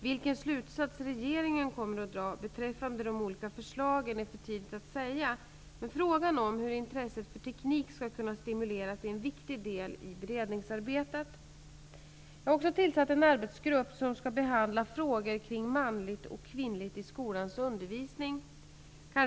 Vilken slutsats regeringen kommer att dra beträffande de olika förslagen är för tidigt att säga, men frågan om hur intresset för teknik skall kunna stimuleras är en viktig del i beredningsarbetet. Jag har också tillsatt en arbetsgrupp som skall behandla frågor kring manligt och kvinnligt i skolans undervisning.